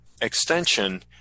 extension